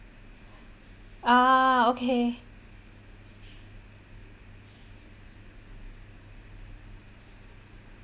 ah okay